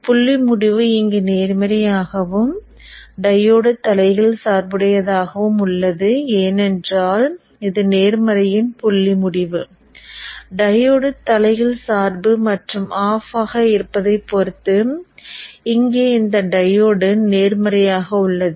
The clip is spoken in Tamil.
புள்ளி முடிவு இங்கே நேர்மறையாகவும் டையோடு தலைகீழ் சார்புடையதாகவும் உள்ளது ஏனென்றால் இது நேர்மறை இன் புள்ளி முடிவு டையோடு தலைகீழ் சார்பு மற்றும் ஆஃப் ஆக இருப்பதைப் பொறுத்து இங்கே இந்த டையோடு நேர்மறையாக உள்ளது